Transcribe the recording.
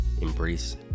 embrace